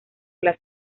las